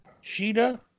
Sheeta